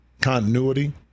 continuity